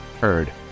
Heard